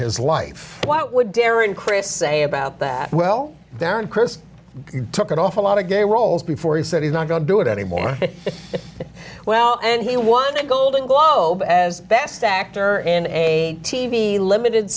his life what would darien chris say about that well down chris took an awful lot of gay roles before he said he's not going to do it anymore well and he won a golden globe as best actor in a t v limited